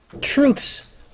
truths